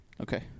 Okay